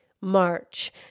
March